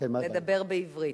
נדבר בעברית.